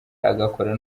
agakora